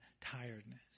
tiredness